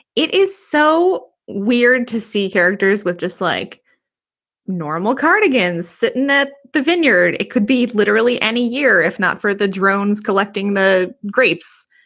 it is so weird to see characters with just like normal cardigans sitting at the vineyard. it could be literally any year if not for the drones collecting the grapes.